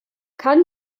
kann